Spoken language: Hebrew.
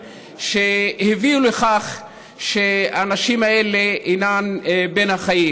שהביאו לכך שהנשים האלה אינן בין החיים.